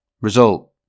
Result